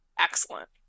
excellent